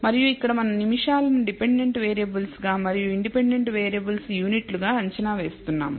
మరియు ఇక్కడ మనం నిమిషాలను డిపెండెంట్ వేరియబుల్ గా మరియు ఇండిపెండెంట్ వేరియబుల్స్ యూనిట్లు గా అంచనా వేస్తున్నాము